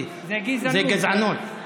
זו גזענות.